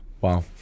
wow